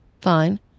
fine